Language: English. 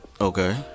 Okay